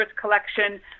collection